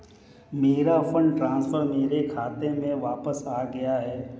मेरा fund transfer मेरे खाते में वापस आ गया है